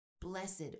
blessed